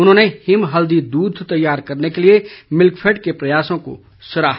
उन्होंने हिम हल्दी दूध तैयार करने के लिए मिल्कफैड के प्रयासों को सराहा